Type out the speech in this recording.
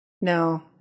No